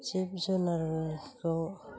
जिब जुनादखौ